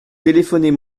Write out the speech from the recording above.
téléphonez